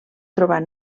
trobar